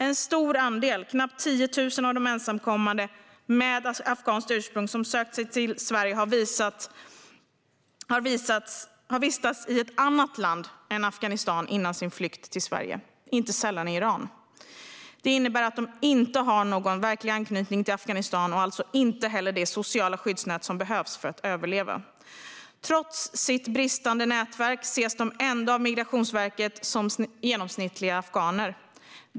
En stor andel, knappt 10 000, av de ensamkommande med afghanskt ursprung som sökt sig till Sverige har vistats i ett annat land än Afghanistan före sin flykt till Sverige, inte sällan Iran. Det innebär att de inte har någon verklig anknytning till Afghanistan och alltså inte heller det sociala skyddsnät som behövs för att överleva. Trots sitt bristande nätverk ses de ändå av Migrationsverket som genomsnittliga afghaner.